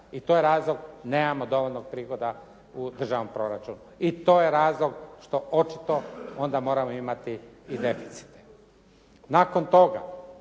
i to je razlog nemamo dovoljnog prihoda u državnom proračunu. I to je razlog što očito onda moramo imati i deficite. Nakon toga